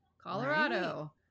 Colorado